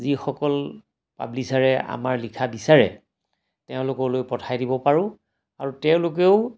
যিসকল পাব্লিছাৰে আমাৰ লিখা বিচাৰে তেওঁলোকলৈ পঠাই দিব পাৰোঁ আৰু তেওঁলোকেও